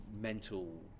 mental